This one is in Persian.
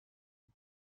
بده